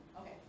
okay